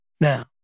Now